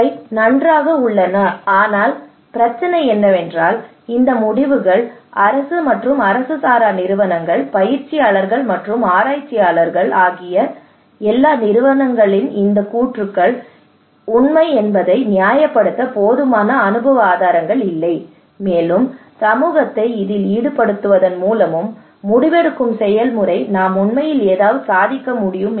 இவை நன்றாக உள்ளன ஆனால் பிரச்சனை என்னவென்றால் இந்த முடிவுகள் அரசு மற்றும் அரசு சாரா நிறுவனங்கள் பயிற்சியாளர்கள் மற்றும் ஆராய்ச்சியாளர்கள் ஆகிய இரு நிறுவனங்களின் இந்த கூற்றுக்கள் இந்த கூற்றுக்கள் உண்மை என்பதை நியாயப்படுத்த போதுமான அனுபவ ஆதாரங்கள் இல்லை மேலும் சமூகத்தை இதில் ஈடுபடுத்துவதன் மூலமும் முடிவெடுக்கும் செயல்முறை நாம் உண்மையில் ஏதாவது சாதிக்க முடியும்